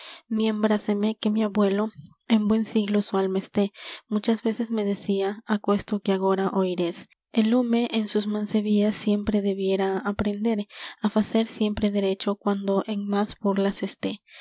miémbraseme que mi abuelo en buen siglo su alma esté muchas veces me decía aquesto que agora oiréis el home en sus mancebías siempre debiera aprender á facer siempre derecho cuando en más burlas esté